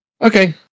Okay